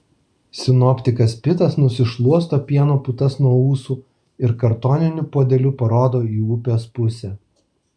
sinoptikas pitas nusišluosto pieno putas nuo ūsų ir kartoniniu puodeliu parodo į upės pusę